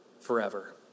forever